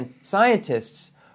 scientists